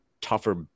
tougher